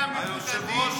אנשים מבודדים.